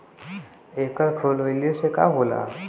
एकर खोलवाइले से का होला?